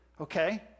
okay